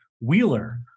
Wheeler